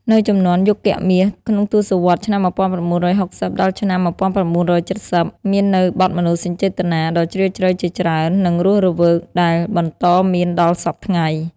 នៅជំនាន់យុគមាស ក្នុងទសវត្សរ៍ ឆ្នាំ១៩៦០ ដល់ឆ្នាំ ១៩៧០ មាននៅបទមនោសញ្ចេតនាដ៏ជ្រាលជ្រៅជាច្រើន និងរសរវើកដែលបន្តមានដល់សព្វថ្ងៃ។